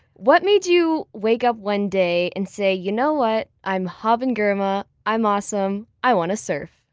what made you wake up one day and say, you know what? i'm haben girma. i'm awesome. i want to surf.